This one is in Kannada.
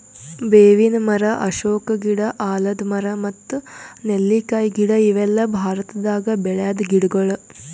ಬೇವಿನ್ ಮರ, ಅಶೋಕ ಗಿಡ, ಆಲದ್ ಮರ ಮತ್ತ್ ನೆಲ್ಲಿಕಾಯಿ ಗಿಡ ಇವೆಲ್ಲ ಭಾರತದಾಗ್ ಬೆಳ್ಯಾದ್ ಗಿಡಗೊಳ್